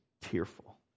tearful